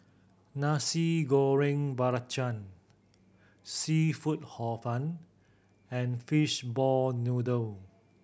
Nasi Goreng Belacan seafood Hor Fun and fishball noodle